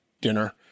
dinner